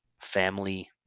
family